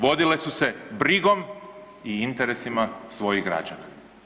Vodile su se brigom i interesima svojih građana.